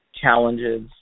challenges